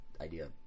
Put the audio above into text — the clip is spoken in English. idea